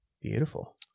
Beautiful